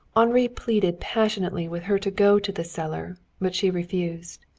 henri pleaded passionately with her to go to the cellar, but she refused.